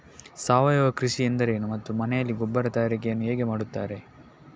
ಸಾವಯವ ಕೃಷಿ ಎಂದರೇನು ಮತ್ತು ಮನೆಯಲ್ಲಿ ಗೊಬ್ಬರ ತಯಾರಿಕೆ ಯನ್ನು ಹೇಗೆ ಮಾಡುತ್ತಾರೆ?